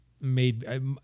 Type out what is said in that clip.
made